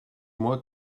mois